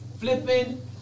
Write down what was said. flipping